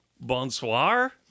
Bonsoir